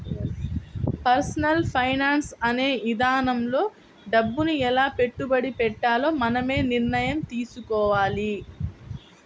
personal finance అనే ఇదానంలో డబ్బుని ఎలా పెట్టుబడి పెట్టాలో మనమే నిర్ణయం తీసుకోవాలి